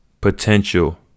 potential